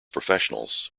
professionals